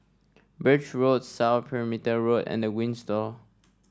Birch Road South Perimeter Road and The Windsor